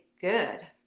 good